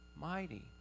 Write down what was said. mighty